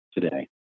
today